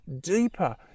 deeper